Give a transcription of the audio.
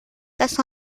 das